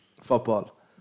football